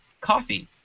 coffee